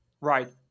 right